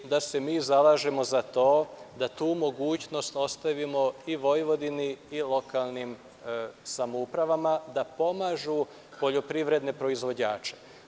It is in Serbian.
Mi se zalažemo za to da tu mogućnost ostavimo i Vojvodini i lokalnim samoupravama da pomažu poljoprivredne proizvođače.